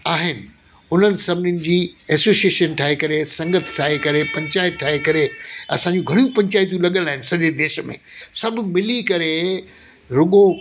आहिनि हुननि सभिनीनि जी एसोसियेशन ठाहे करे संगत ठाहे करे पंचायत ठाहे करे असां जूं घणियूं पंचायतूं लॻियलु आहिनि सॼे देश में सभु मिली करे रोगो